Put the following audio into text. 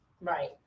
Right